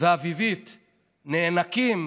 ואביבית נאנקים,